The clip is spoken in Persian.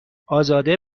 ازاده